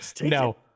No